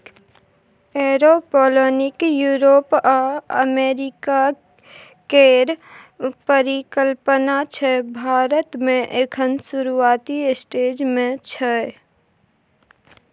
aeroponic Europe आ America केर परिकल्पना छै भारत मे एखन शुरूआती स्टेज मे छै